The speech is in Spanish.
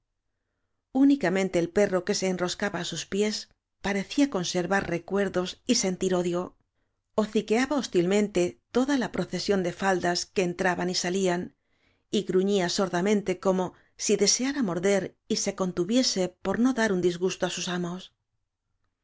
unicamente el perro que se enroscaba á sus pies parecía conservar recuerdos y sentir odio hociqueaba hostilmente toda la proce sión de faldas que entraban y salían y gru ñía sordamente si como deseara morder y se contuviese por no dar un disgusto á sus amos